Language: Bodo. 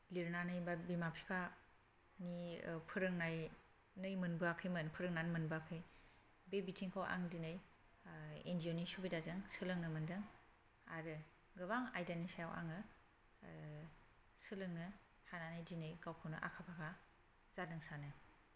लिरनानै एबा बिमा बिफानि फोरोंनायनै मोनबोआखैमोन फोरोंनानै मोनबोआखै बे बिथिंखौ आं दिनै एन जि अ नि सुबिदाजों सोलोंनो मोनदों आरो गोबां आयदानि सायाव आङो सोलोंनो हानानै दिनै गावखौनो आखा फाखा जादों सानो